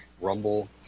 Rumble